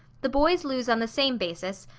the boys lose on the same basis,